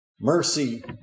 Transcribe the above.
Mercy